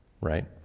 right